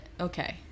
okay